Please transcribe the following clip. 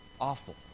awful